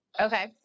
Okay